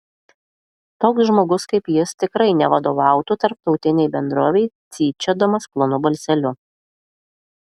toks žmogus kaip jis tikrai nevadovautų tarptautinei bendrovei cypčiodamas plonu balseliu